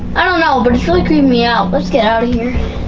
i don't know but it's really creeping me out. let's get out of here.